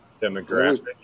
Demographic